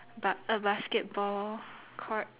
ba~ a basketball court